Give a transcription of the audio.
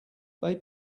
they